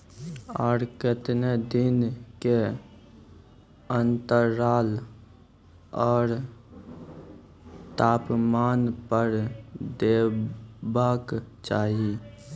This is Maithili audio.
आर केते दिन के अन्तराल आर तापमान पर देबाक चाही?